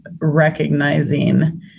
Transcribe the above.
recognizing